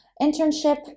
internship